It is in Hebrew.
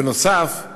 בנוסף,